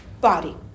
body